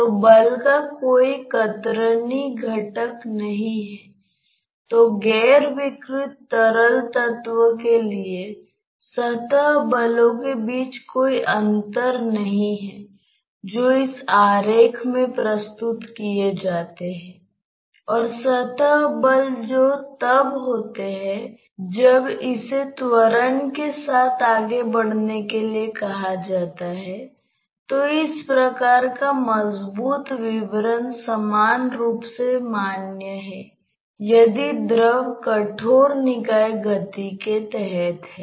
तो कोई फर्क नहीं पड़ता कि यह स्लिप है या कोई स्लिप नहीं है आप वास्तव में इसमें प्रवेश नहीं कर सकते हैं और y के साथ बाहर जा सकते हैं